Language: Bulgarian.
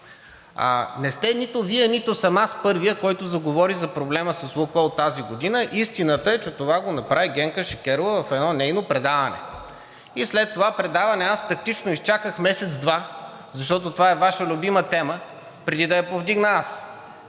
Не сте нито Вие, нито съм аз първият, който заговори за проблема с „Лукойл“ тази година. Истината е, че това го направи Генка Шикерова в едно нейно предаване. И след това предаване аз тактично изчаках месец-два, защото това е Ваша любима тема, преди да я повдигна аз.